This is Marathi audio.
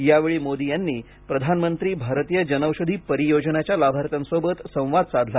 यावेळी मोदी यांनी प्रधानमंत्री भारतीय जनौषधी परियोजनेच्या लाभार्थ्यांसोबत देखील संवाद साधला